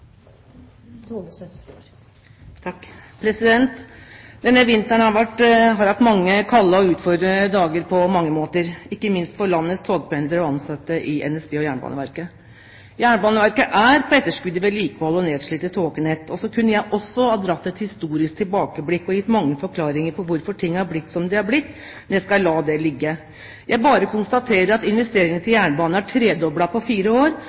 dager på mange måter, ikke minst for landets togpendlere og ansatte i NSB og Jernbaneverket. Jernbaneverket er på etterskudd i vedlikehold, med nedslitte tognett. Så kunne jeg også ha dratt et historisk tilbakeblikk og gitt mange forklaringer på hvorfor ting er blitt som de er blitt, men jeg skal la det ligge. Jeg bare konstaterer at investeringene til jernbanen er tredoblet på fire år,